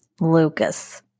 Lucas